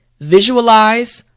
visualize,